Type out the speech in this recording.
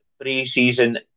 pre-season